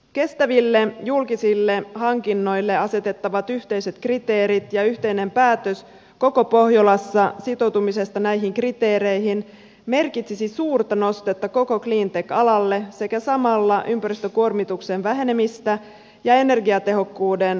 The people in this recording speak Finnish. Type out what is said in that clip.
kestäville julkisille hankinnoille asetettavat yhteiset kriteerit ja yhteinen päätös koko pohjolassa sitoutumisesta näihin kriteereihin merkitsisi suurta nostetta koko cleantech alalle sekä samalla ympäristökuormituksen vähenemistä ja energiatehokkuuden parantamista